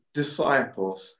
disciples